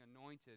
anointed